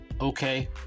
okay